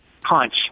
punch